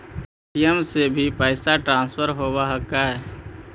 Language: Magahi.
पे.टी.एम से भी पैसा ट्रांसफर होवहकै?